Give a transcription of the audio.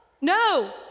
No